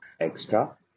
extra